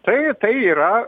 tai tai yra